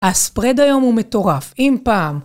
הספרד היום הוא מטורף, אם פעם.